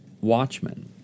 Watchmen